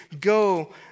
Go